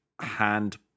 hand